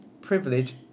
privilege